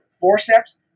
forceps